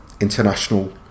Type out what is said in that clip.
international